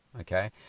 Okay